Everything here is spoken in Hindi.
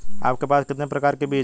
आपके पास कितने प्रकार के बीज हैं?